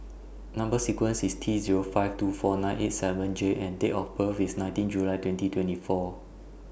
Number sequence IS T Zero five two four nine eight seven J and Date of birth IS nineteen July twenty twenty four